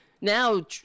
Now